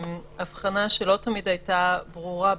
הבחנה שלא תמיד היתה ברורה.